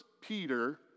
Peter